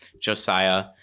josiah